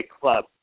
club